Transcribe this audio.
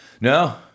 no